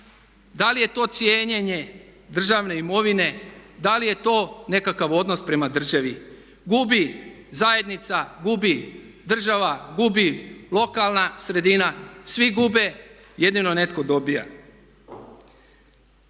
Da li je to cijenjenje državne imovine? Da li je to nekakav odnos prema državi? Gubi zajednica, gubi država, gubi lokalna sredina, svi gube jedino netko dobiva.